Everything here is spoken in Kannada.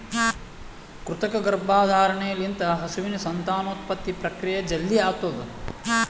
ಕೃತಕ ಗರ್ಭಧಾರಣೆ ಲಿಂತ ಹಸುವಿನ ಸಂತಾನೋತ್ಪತ್ತಿ ಪ್ರಕ್ರಿಯೆ ಜಲ್ದಿ ಆತುದ್